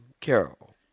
Carol